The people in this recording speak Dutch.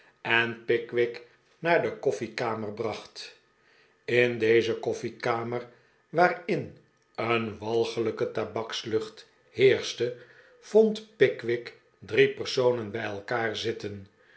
en pickwick naar de koffiekamer bracht in deze koffiekamer waarin een'walgelijke tabakslucht heerschte vond pickwick drie personen bij elkaar zitten